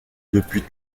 depuis